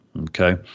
okay